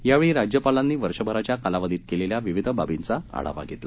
यावेळी राज्यपालांनी वर्षभराच्या कालावधीत केलेल्या विविध बाबींचा आढावा घेतला